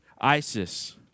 ISIS